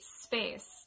space